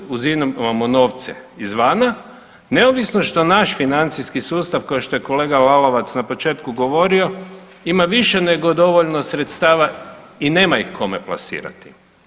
Mi danas uzimamo novce izvana, neovisno što naš financijski sustav, kao što je kolega Lalovac na početku govorio, ima više nego dovoljno sredstava i nema ih kome plasirati.